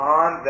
on